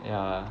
yeah